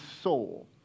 soul